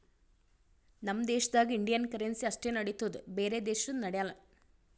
ನಮ್ ದೇಶದಾಗ್ Indian currency ಅಷ್ಟೇ ನಡಿತ್ತುದ್ ಬ್ಯಾರೆ ದೇಶದು ನಡ್ಯಾಲ್